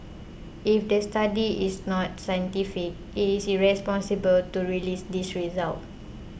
if the study is not scientific it is irresponsible to release these results